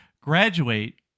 graduate